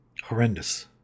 horrendous